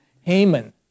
Haman